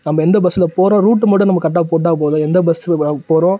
நம்ம எந்த பஸில் போகிறோம் ரூட்டு மட்டும் நம்ம கரெக்டாக போட்டால் போதும் எந்த பஸில் வ போகிறோம்